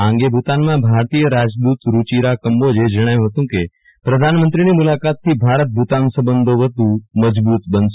આ અંગે ભુતાનમાં ભારતીય રાજ દુત રૂચિરા કંબો જે જણાવ્યુ છે કે પ્રધાનમંત્રીની મુલાકાતથી ભારત ભુતાન સંબંધો મજબુત બનશે